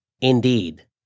Indeed